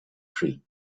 tree